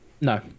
No